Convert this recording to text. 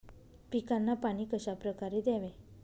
पिकांना पाणी कशाप्रकारे द्यावे?